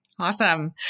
Awesome